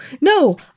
no